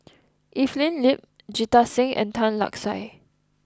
Evelyn Lip Jita Singh and Tan Lark Sye